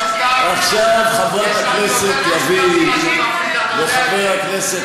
חברת הכנסת לביא וחבר הכנסת